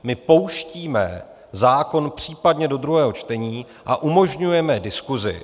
My pouštíme zákon případně do druhého čtení a umožňujeme diskusi.